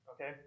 okay